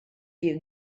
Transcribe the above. you